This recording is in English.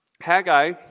Haggai